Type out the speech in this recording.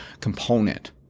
component